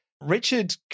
Richard